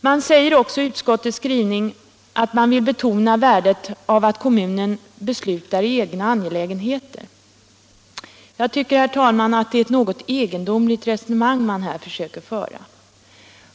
Man säger också i utskottets skrivning att man vill betona värdet av att kommunen beslutar i egna angelägenheter. Jag tycker, herr talman, att det är ett något egendomligt resonemang man här försöker föra.